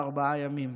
בארבעה ימים.